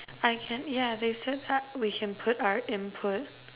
I can yeah they said uh we can put our input